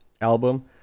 album